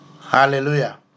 Hallelujah